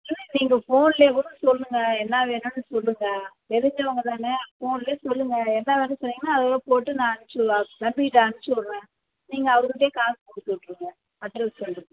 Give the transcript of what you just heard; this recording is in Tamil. சொல்லுங்கள் நீங்கள் ஃபோன்லயே கூட சொல்லுங்கள் என்ன வேணும்னு சொல்லுங்கள் தெரிஞ்சவங்கதானே ஃபோன்லயே சொல்லுங்கள் என்ன வேணும்னு சொன்னிங்கன்னால் அது என்னவோ போட்டு நான் அனுப்பிச்சுட்லாம் தம்பிக்கிட்ட அனுப்பிச்சுட்றேன் நீங்கள் அவருக்கிட்டயே காசு கொடுத்துவுட்ருங்க அட்ரெஸ் சொல்லுங்கள்